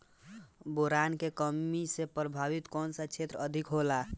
Boron के कमी से प्रभावित कौन सा क्षेत्र अधिक होला?